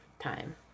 time